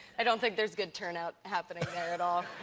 i don't think there's good turnout happening there at all.